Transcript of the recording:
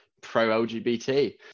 pro-LGBT